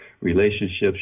relationships